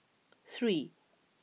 three